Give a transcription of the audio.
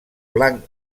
blanc